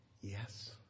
yes